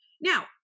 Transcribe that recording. now